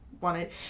wanted